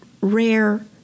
rare